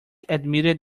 admitted